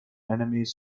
enemies